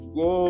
go